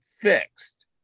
fixed